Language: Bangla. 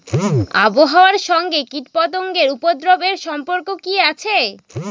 আবহাওয়ার সঙ্গে কীটপতঙ্গের উপদ্রব এর সম্পর্ক কি আছে?